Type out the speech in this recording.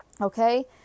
Okay